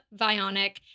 Vionic